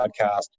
podcast